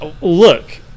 look